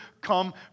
come